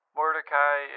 Mordecai